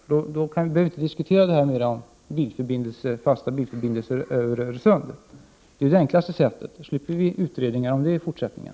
I så fall behöver vi inte längre diskutera fasta bilförbindelser över Öresund. Det är det enklaste sättet, och vi slipper utredningar om det i fortsättningen.